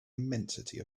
immensity